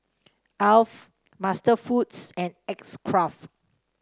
Alf MasterFoods and X Craft